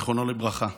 זיכרונה לברכה,